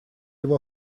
его